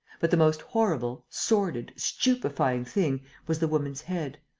but the most horrible, sordid, stupefying thing was the woman's head,